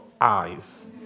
eyes